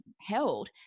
held